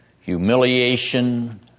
humiliation